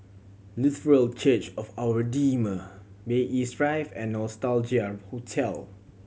Lutheran Church of Our Redeemer Bay East Drive and Nostalgia Hotel